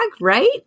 right